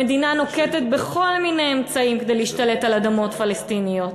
המדינה נוקטת כל מיני אמצעים כדי להשתלט על אדמות פלסטיניות.